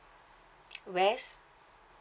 west